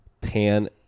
pan